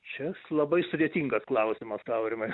šis labai sudėtingas klausimas aurimai